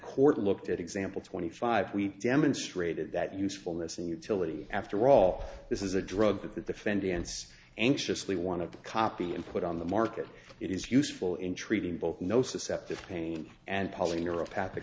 court looked at example twenty five we demonstrated that usefulness in utility after all this is a drug that the defendants anxiously want to copy and put on the market it is useful in treating both no susceptible pain and probably neuropathy